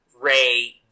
Ray